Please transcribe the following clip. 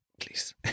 please